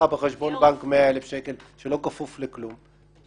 בחשבון בנק 100,000 שקל שלא כפופים לכלום,